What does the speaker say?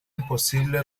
imposible